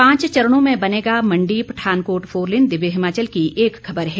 पांच चरणों में बनेगा मंडी पठानकोट फोरलेन दिव्य हिमाचल की खबर है